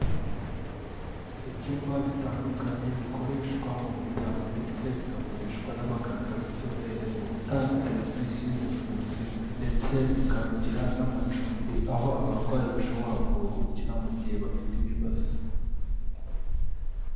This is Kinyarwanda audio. Ibyumba bitandukanye bikoreshwa mu bitaro ndetse bigakoreshwa n'abaganga b'inzobere mu gutanga serivisi y'ubuvuzi ndetse bakagira n'amacumbi, aho abarwayi bashobora kuruhukira mu gihe bafite ibibazo.